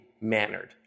mannered